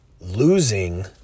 losing